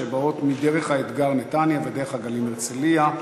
שבאות מ"דרך האתגר" נתניה ו"דרך הגלים" הרצליה,